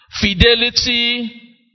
fidelity